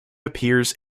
appears